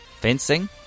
Fencing